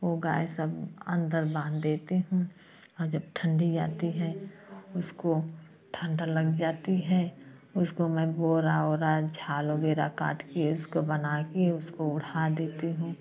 ओ गाय सब अंदर बांध देती हूँ जब ठंडी आती है उसको ठंडा लग जाती है उसको मैं बोरा ओरा झाल वगैरह काट के उसको बना के उसको ओढ़ा देती हूँ